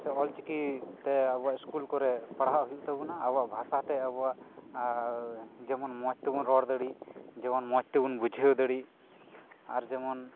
ᱥᱮ ᱚᱞᱪᱤᱠᱤ ᱛᱮ ᱟᱵᱚᱣᱟᱜ ᱥᱠᱩᱞ ᱠᱚᱨᱮ ᱯᱟᱲᱦᱟᱜ ᱦᱩᱭᱩᱜ ᱛᱟᱵᱚᱱᱟ ᱟᱵᱚᱣᱟᱜ ᱵᱟᱥᱟ ᱛᱮ ᱟᱵᱚᱣᱟᱜ ᱡᱮᱢᱚᱱ ᱢᱚᱸᱡᱽ ᱛᱮᱵᱚᱱ ᱨᱚᱲ ᱫᱟᱲᱮᱜ ᱡᱮᱢᱚᱱ ᱢᱚᱸᱡᱽ ᱛᱮᱵᱚᱱ ᱵᱩᱡᱷᱟᱹᱣ ᱫᱟᱲᱮᱜ ᱟᱨ ᱡᱮᱢᱚᱱ